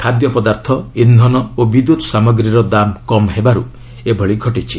ଖାଦ୍ୟପଦାର୍ଥ ଇନ୍ଧନ ଓ ବିଦ୍ୟୁତ୍ ସାମଗ୍ରୀର ଦାମ୍ କମ୍ ହେବାରୁ ଏଭଳି ଘଟିଛି